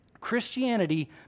Christianity